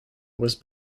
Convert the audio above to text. was